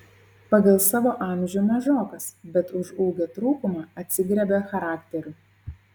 pagal savo amžių mažokas bet už ūgio trūkumą atsigriebia charakteriu